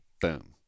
boom